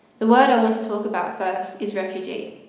the word i want to talk about first is refugee.